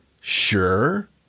Sure